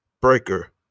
Breaker